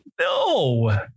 no